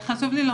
חשתי גוש בשד,